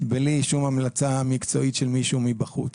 בלי שום המלצה מקצועית של מישהו מבחוץ.